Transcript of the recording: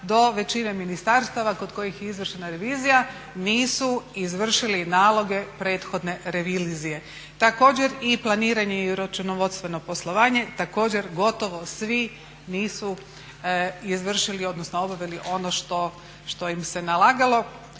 do većine ministarstava kod kojih je izvršena revizija nisu izvršili naloge prethodne revizije. Također i planiranje i računovodstvenog poslovanja, također gotovo svi nisu izvršili odnosno obavili ono što im se nalagalo.